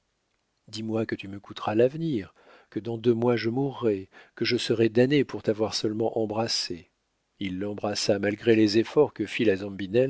dis-moi que tu me coûteras l'avenir que dans deux mois je mourrai que je serai damné pour t'avoir seulement embrassée il l'embrassa malgré les efforts que